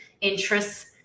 interests